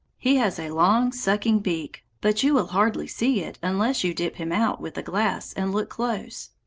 he has a long, sucking beak, but you will hardly see it unless you dip him out with a glass and look close.